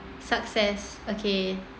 success okay